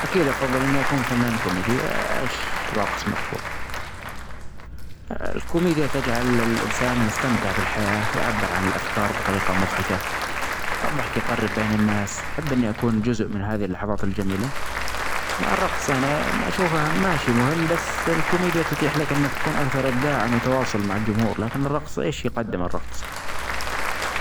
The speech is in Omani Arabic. أكيد أفظل إني أكون فنان كوميدي ، مش راقص مشهور ، الكوميديا تجعل ال-الإنسان يستمتع بالحياة ، يعبر عن الأفكار بطريقة مظحكة ، الظحك يقرب بين الناس أحب إني أكون جزء من هذي اللحظات الجميلة ، مع الرقص أشوفه ماشي مهم بس الكوميديا تتيح لك أنك تكون أكثر إبداع ، وتواصل مع الجمهور ، لكن الرقص إيش يقدم الرقص.